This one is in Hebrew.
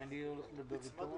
13:16.